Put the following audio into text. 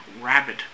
rabbit